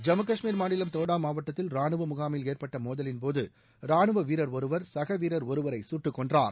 ஜம்மு கஷ்மீர் மாநிலம் தோடா மாவட்டத்தில் ராணுவ முகாமில் ஏற்பட்ட மோதலின்போது ராணுவ வீரர் ஒருவர் சகவீரர் ஒருவரை சுட்டுக் கொன்றார்